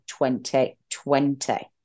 2020